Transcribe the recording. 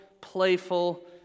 playful